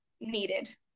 needed